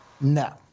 No